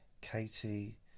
Katie